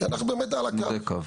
אנחנו באמת על הקו.